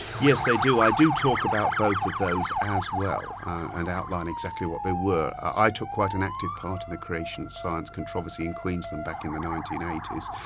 yes, they do. i do talk about both of those as well, and outline exactly what they were. i took quite an active part in the creation science controversy in queensland back in the nineteen eighty s,